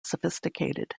sophisticated